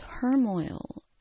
turmoil